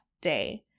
day